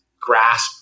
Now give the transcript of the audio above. grasp